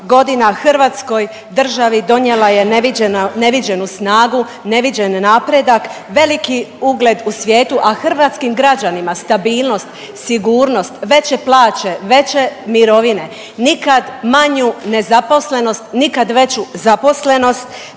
godina Hrvatskoj državi donijela je neviđenu snagu, neviđeni napredak, veliki ugled u svijetu, a hrvatskim građanima stabilnost, sigurnost, veće plaće, veće mirovine, nikad manju nezaposlenost, nikad veću zaposlenost,